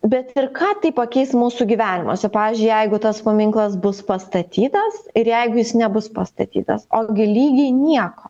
bet ir ką tai pakeis mūsų gyvenimuose pavyzdžiui jeigu tas paminklas bus pastatytas ir jeigu jis nebus pastatytas ogi lygiai nieko